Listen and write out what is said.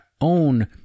own